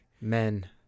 Men